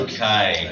Okay